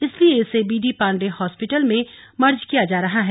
इसलिए इसे BD Pande hospital में मर्ज किए जा रहा है